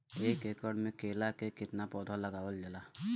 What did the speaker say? एक एकड़ में केला के कितना पौधा लगावल जाला?